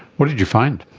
what did you find?